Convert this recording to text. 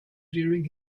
during